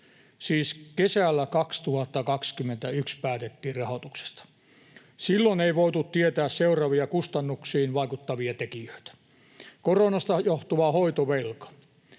siis kesällä 2021 päätettiin rahoituksesta, silloin ei voitu tietää seuraavia kustannuksiin vaikuttavia tekijöitä: koronasta johtuva hoitovelka,